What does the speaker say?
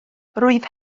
rwyf